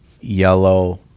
yellow